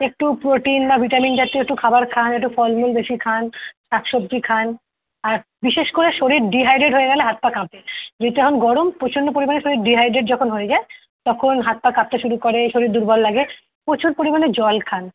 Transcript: একটু প্রোটিন বা ভিটামিন জাতীয় একটু খাবার খান একটু ফলমূল বেশি খান শাক সবজি খান আর বিশেষ করে শরীর ডিহাইড্রেট হয়ে গেলে হাত পা কাঁপে যেহেতু এখন গরম প্রচণ্ড পরিমাণে শরীর ডিহাইড্রেট যখন হয়ে যায় তখন হাত পা কাঁপতে শুরু করে শরীর দুর্বল লাগে প্রচুর পরিমাণে জল খান